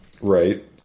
Right